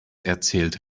erzählt